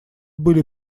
были